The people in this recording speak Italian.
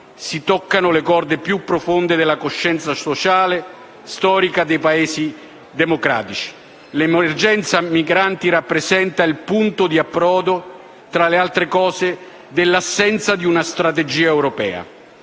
si toccano le corde più profonde della coscienza sociale e storica dei Paesi democratici. L'emergenza migranti rappresenta il punto di approdo, tra le altre cose, dell'assenza di una strategia europea.